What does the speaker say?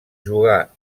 jugà